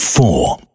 Four